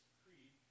creed